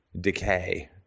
decay